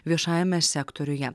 viešajame sektoriuje